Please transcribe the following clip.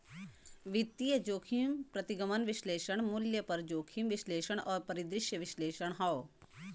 वित्तीय जोखिम प्रतिगमन विश्लेषण, मूल्य पर जोखिम विश्लेषण और परिदृश्य विश्लेषण हौ